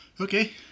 Okay